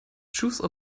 chose